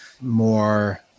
more